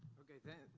okay,